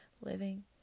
living